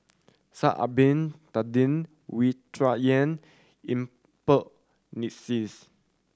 Sha'ari Bin Tadin Wu Tsai Yen Yuen Peng McNeice